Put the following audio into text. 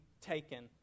taken